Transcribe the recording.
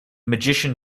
magician